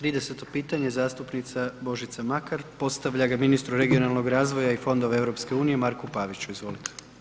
30. pitanje, zastupnica Božica Makar, postavlja ga ministru regionalnog razvoja i fondova EU Marku Paviću, izvolite.